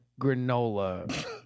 granola